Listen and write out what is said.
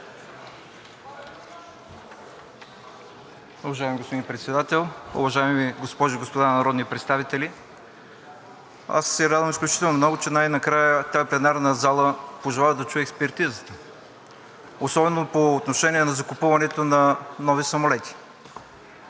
Уважаеми господин Председател, уважаеми госпожи и господа народни представители! Аз се радвам изключително много, че най-накрая тази пленарна зала пожела да чуе експертизата особено по отношение на закупуването на нови самолети.